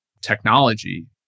technology